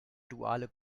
duale